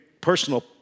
personal